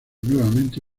nuevamente